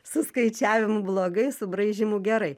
su skaičiavimu blogai su braižymu gerai